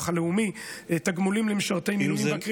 הלאומי (תגמולים למשרתי מילואים) לקריאה הראשונה.